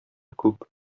күп